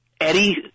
eddie